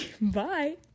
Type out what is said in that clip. Bye